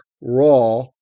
raw